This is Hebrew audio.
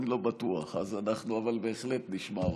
אני לא בטוח, אבל אנחנו בהחלט נשמע אותו.